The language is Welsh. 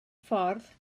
ffordd